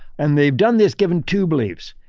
and they've done this given two beliefs,